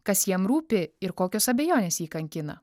kas jam rūpi ir kokios abejonės jį kankina